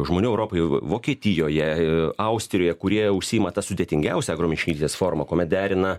žmonių europoj vokietijoje austrijoje kurie užsiima ta sudėtingiausia agro miškininkystės forma kuomet derina